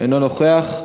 אינו נוכח.